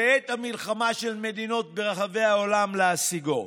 ואת המלחמה של מדינות ברחבי העולם להשיגו.